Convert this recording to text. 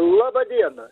laba diena